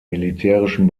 militärischen